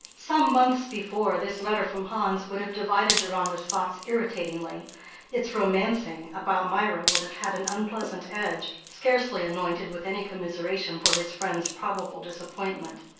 some months before, this letter from hans would have divided deronda's thoughts irritatingly its romancing, about mirah would have had an unpleasant edge, scarcely anointed with any commiseration for his friend's probable disappointment.